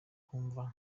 nkumva